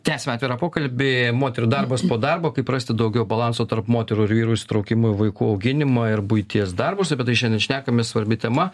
tęsiam atvirą pokalbį moterų darbas po darbo kaip rasti daugiau balanso tarp moterų ir vyrų įsitraukimo į vaikų auginimą ir buities darbus apie tai šiandien šnekamės svarbi tema